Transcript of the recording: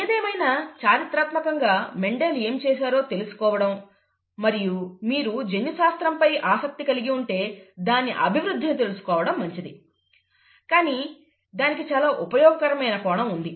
ఏదేమైనా చారిత్రాత్మకంగా మెండెల్ ఏమి చేసారో తెలుసుకోవడం మరియు మీరు జన్యుశాస్త్రంపై ఆసక్తి కలిగి ఉంటే దాని అభివృద్ధిని తెలుసుకోవడం మంచిది కానీ దానికి చాలా ఉపయోగకరమైన కోణం ఉంది